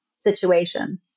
situation